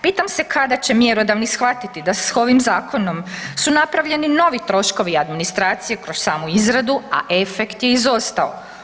Pitam se kada će mjerodavni shvatiti da s ovim zakonom su napravljeni novi troškovi administracije kroz sami izradu, a efekt je izostao.